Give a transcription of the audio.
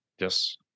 Yes